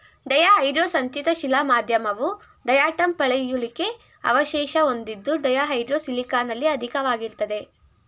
ಡಯಾಹೈಡ್ರೋ ಸಂಚಿತ ಶಿಲಾ ಮಾಧ್ಯಮವು ಡಯಾಟಂ ಪಳೆಯುಳಿಕೆ ಅವಶೇಷ ಹೊಂದಿದ್ದು ಡಯಾಹೈಡ್ರೋ ಸಿಲಿಕಾನಲ್ಲಿ ಅಧಿಕವಾಗಿರ್ತದೆ